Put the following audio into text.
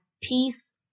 peace